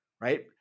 right